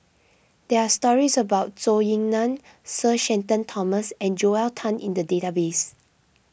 there are stories about Zhou Ying Nan Sir Shenton Thomas and Joel Tan in the database